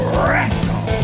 wrestle